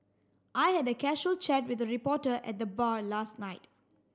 I had a casual chat with the reporter at the bar last night